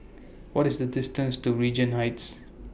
What IS The distance to Regent Heights